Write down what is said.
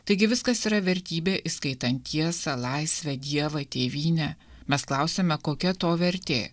taigi viskas yra vertybė įskaitant tiesą laisvę dievą tėvynę mes klausiame kokia to vertė